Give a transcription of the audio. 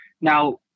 now